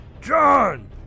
John